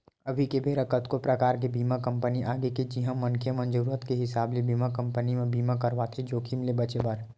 अभी के बेरा कतको परकार के बीमा कंपनी आगे हे जिहां मनखे मन जरुरत के हिसाब ले बीमा कंपनी म बीमा करवाथे जोखिम ले बचें बर